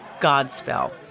Godspell